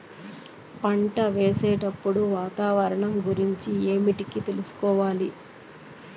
పంటలు వేసేటప్పుడు వాతావరణం గురించి ఏమిటికి తెలుసుకోవాలి?